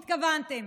התכוונת.